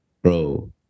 bro